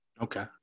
Okay